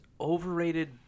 overrated